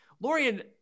Lorian